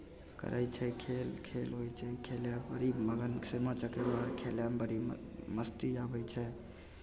करै छै खेल खेल होइ छै खेलै बड़ी मगनसे सामा चकेबा खेलयमे बड़ी म् मस्ती आबै छै